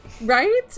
right